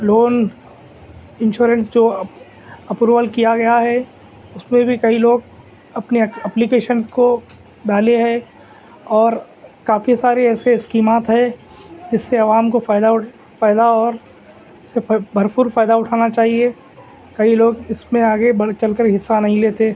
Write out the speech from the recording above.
loan insurance جو approval کیا گیا ہے اس میں بھی کئی لوگ اپنے اپلیکیشنس کو ڈالے ہے اور کافی سارے ایسے اسکیمات ہے جس سے عوام کو فائدہ اٹھ فائدہ اور اس سے بھرپور فائدہ اٹھانا چاہیے کئی لوگ اس میں آگے بڑھ چل کر حصہ نہیں لیتے